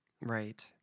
Right